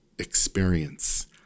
experience